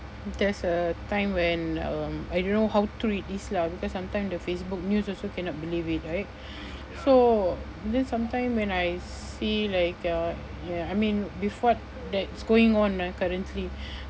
there's a time when um I don't know how true it is lah because sometime the Facebook news also cannot believe it right so just sometime when I see like uh ya I mean before that it's going on lah currently